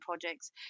projects